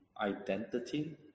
identity